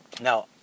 Now